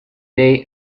they